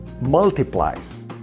multiplies